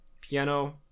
piano